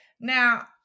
now